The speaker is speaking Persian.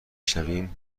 شنویم